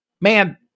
man